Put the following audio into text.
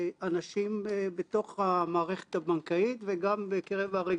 אני מודה לך שאתה נשכב כאן על הגדר עבור המערכת.